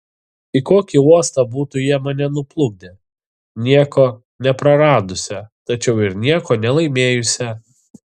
į kokį uostą būtų jie mane nuplukdę nieko nepraradusią tačiau ir nieko nelaimėjusią